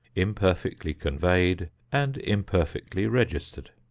imperfectly conveyed and imperfectly registered.